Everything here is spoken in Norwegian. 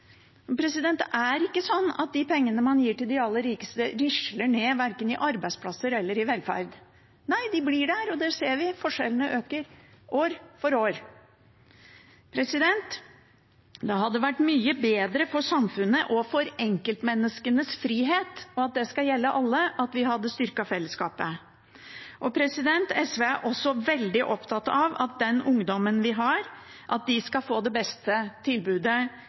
Det er ikke slik at de pengene man gir til de aller rikeste, risler ned og blir til arbeidsplasser eller velferd. Nei, de blir der, og det ser vi: Forskjellene øker – år for år. Det hadde vært mye bedre for samfunnet og for enkeltmenneskenes frihet, og det skal gjelde alle, at vi hadde styrket fellesskapet. SV er også veldig opptatt av at den ungdommen vi har, skal få det beste tilbudet